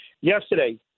Yesterday